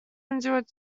endured